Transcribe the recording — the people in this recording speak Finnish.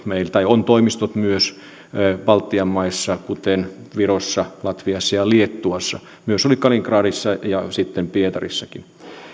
meillä on toimistot myös baltian maissa kuten virossa latviassa ja liettuassa oli myös kaliningradissa ja sitten pietarissakin